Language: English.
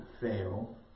fail